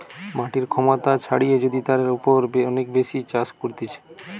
মাটির ক্ষমতা ছাড়িয়ে যদি তার উপর অনেক বেশি চাষ করতিছে